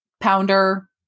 pounder